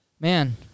Man